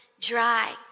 dry